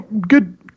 good